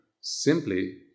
simply